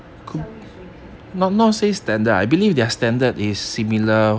教育水平